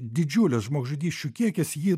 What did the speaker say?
didžiulis žmogžudysčių kiekis jį